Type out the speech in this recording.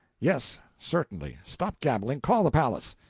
yes certainly. stop gabbling. call the palace.